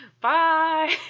Bye